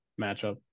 matchup